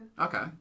Okay